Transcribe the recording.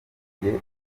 burundu